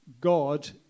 God